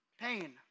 pain